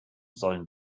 sollen